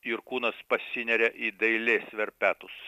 jurkūnas pasineria į dailės verpetus